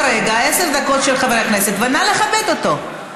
כרגע עשר הדקות של חבר הכנסת, ונא לכבד אותו.